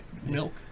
milk